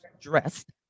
dressed